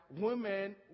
women